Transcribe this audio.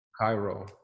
Cairo